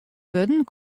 wurden